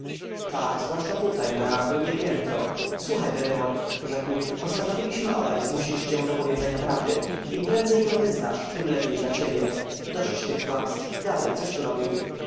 tak zwłaszcza tutaj na drugie piętro słuchaj barrymore rzekł postanowiliśmy obaj zmusić cię do powiedzenia prawdy im prędzej ją wyznasz tem lepiej dla ciebie dość tych kłamstw gadaj coś tu robił